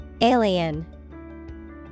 Alien